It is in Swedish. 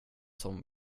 sån